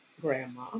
grandma